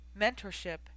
mentorship